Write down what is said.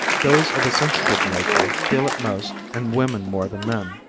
those of a sensitive nature feel it most and women more than men.